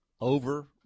over